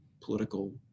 political